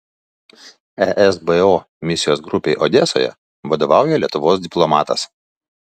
esbo misijos grupei odesoje vadovauja lietuvos diplomatas